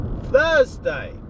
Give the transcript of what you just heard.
thursday